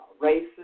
Races